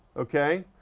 okay?